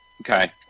Okay